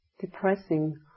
depressing